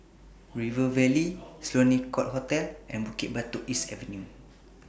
River Valley Sloane Court Hotel and Bukit Batok East Avenue